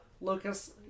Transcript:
Lucas